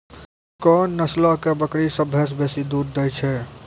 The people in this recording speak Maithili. कोन नस्लो के बकरी सभ्भे से बेसी दूध दै छै?